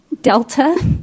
delta